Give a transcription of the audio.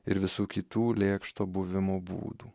ir visų kitų lėkšto buvimo būdų